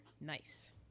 Nice